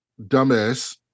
Dumbass